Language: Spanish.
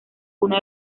uno